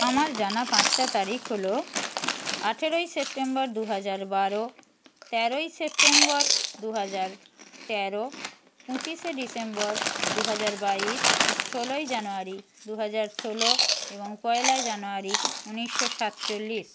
আমার জানা পাঁচটা তারিখ হল আঠেরোই সেপ্টেম্বর দু হাজার বারো তেরোই সেপ্টেম্বর দু হাজার তেরো পঁচিশে ডিসেম্বর দু হাজার বাইশ ষোলোই জানুয়ারি দু হাজার ষোলো এবং পয়লা জানুয়ারি ঊনিশশো সাতচল্লিশ